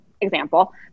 example